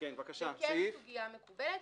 כן סוגיה מקובלת.